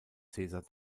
cäsar